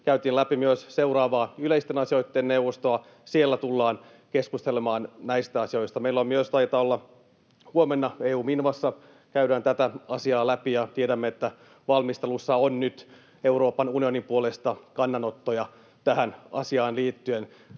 käytiin läpi myös seuraavaa yleisten asioitten neuvostoa. Siellä tullaan keskustelemaan näistä asioista. Me myös, taitaa olla huomenna, EU-MINVAssa käymme tätä asiaa läpi ja tiedämme, että valmistelussa on nyt Euroopan unionin puolesta kannanottoja tähän asiaan liittyen.